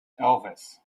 elvis